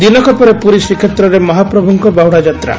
ଦିନକ ପରେ ପୁରୀ ଶ୍ରୀକ୍ଷେତ୍ରରେ ମହାପ୍ରଭୁଙ୍କ ବାହୁଡାଯାତ୍ରା